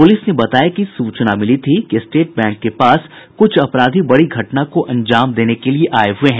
police ने बताया कि सूचना मिली थी कि स्टेट बैंक के पास कुछ अपराधी बड़ी घटना को अंजाम देने के लिए आये हुए हैं